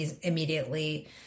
immediately